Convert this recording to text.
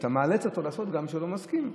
אתה מאלץ אותו לעשות גם כשהוא לא מסכים.